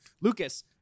Lucas